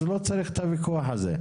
אז לא צריך את הוויכוח הזה.